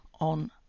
on